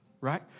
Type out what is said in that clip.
right